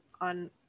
on